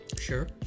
sure